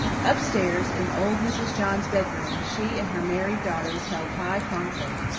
up-stairs, in old mrs. john's bedroom, she and her married daughters held high conclave.